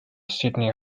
sydney